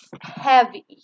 heavy